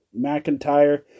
McIntyre